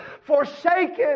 forsaken